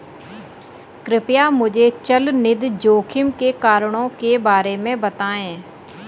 कृपया मुझे चल निधि जोखिम के कारणों के बारे में बताएं